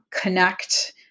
connect